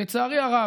לצערי הרב,